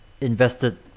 invested